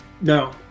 no